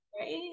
right